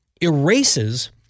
erases